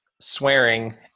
swearing